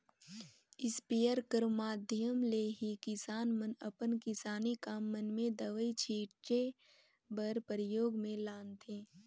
sprayer कर माध्यम ले ही किसान मन अपन किसानी काम मन मे दवई छीचे बर परियोग मे लानथे